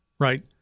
Right